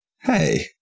Hey